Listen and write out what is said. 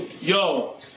Yo